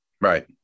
Right